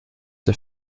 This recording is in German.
der